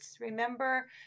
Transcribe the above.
remember